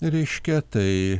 reiškia tai